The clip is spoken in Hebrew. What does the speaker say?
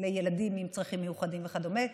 לילדים עם צרכים מיוחדים וכדומה,